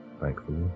thankfully